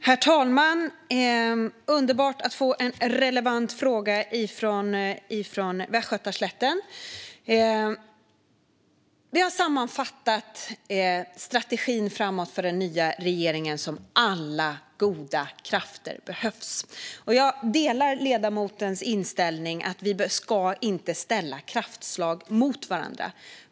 Herr talman! Det är underbart att få en relevant fråga från Västgötaslätten! Vi har sammanfattat strategin framåt för den nya regeringen så här: Alla goda krafter behövs. Jag delar ledamotens inställning att vi inte ska ställa kraftslag mot varandra.